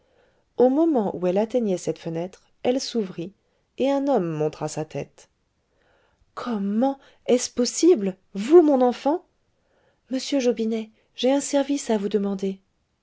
au moment où elle atteignait cette fenêtre elle s'ouvrit et un homme montra sa tête comment est-ce possible vous mon enfant monsieur jobinet j'ai un service à vous demander